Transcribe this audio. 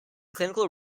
clinical